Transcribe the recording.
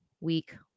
week